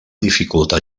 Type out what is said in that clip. dificultar